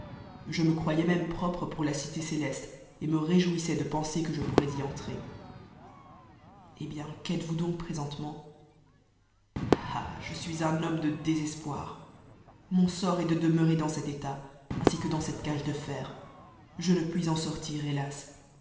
je me croyois même propte pour la cite éleste et meréjouiewig de penser que je ronrr j entrer et bien qjl ête vous donc présentement ah je sui on homme de désespoir mon sort est de demeurer dans cet dut aimi qjle dans cette cag de fer je ne puis en sortir hélas